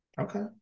Okay